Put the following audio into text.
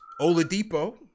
Oladipo